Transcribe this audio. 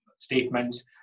Statements